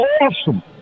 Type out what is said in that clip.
awesome